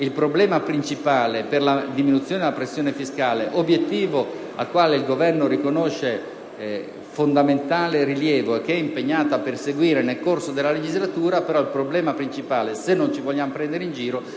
Il problema principale, quindi, per la diminuzione della pressione fiscale - obiettivo al quale il Governo riconosce fondamentale rilievo e che è impegnato a perseguire nel corso della legislatura - se non ci vogliamo prendere in giro,